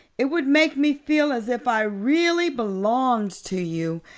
it would make me feel as if i really belonged to you.